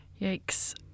yikes